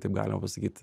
taip galima pasakyt